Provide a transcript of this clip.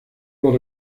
los